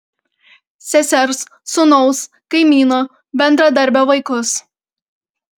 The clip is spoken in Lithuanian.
sesers sūnaus kaimyno bendradarbio vaikus